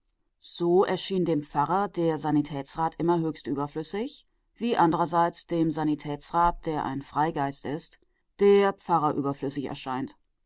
so erschien dem pfarrer der sanitätsrat immer höchst überflüssig wie andererseits dem sanitätsrat der ein freigeist ist der pfarrer überflüssig erscheint